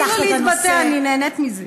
תני לו להתבטא, אני נהנית מזה.